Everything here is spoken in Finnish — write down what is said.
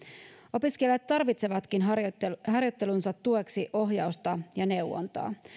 opiskelijat tarvitsevatkin harjoittelunsa harjoittelunsa tueksi ohjausta ja neuvontaa